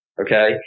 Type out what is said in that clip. okay